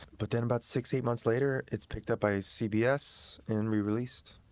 but then about six eight months later, it's picked up by cbs, and re-released.